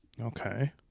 okay